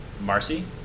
Marcy